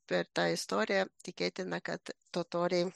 per tą istoriją tikėtina kad totoriai